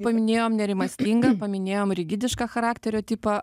paminėjom nerimastingą paminėjom rigidišką charakterio tipą